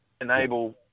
enable